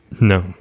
No